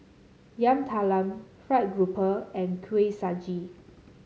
Yam Talam fried grouper and Kuih Suji